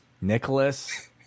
Nicholas